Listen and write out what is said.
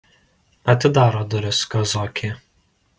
atidaro duris kazokė